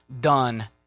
done